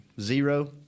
zero